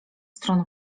stron